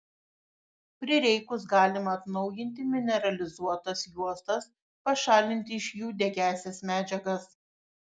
prireikus galima atnaujinti mineralizuotas juostas pašalinti iš jų degiąsias medžiagas